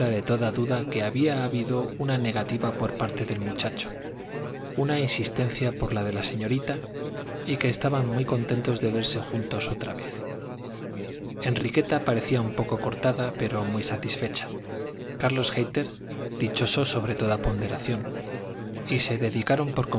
de toda duda que había habido una negativa por parte del muchacho una insistencia por la de la señorita y que estaban muy contentos de verse juntos otra vez enriqueta parecía un poco cortada pero muy satisfecha carlos hayter dichoso sobre toda ponderación y se dedicaron por